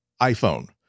iPhone